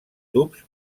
tubs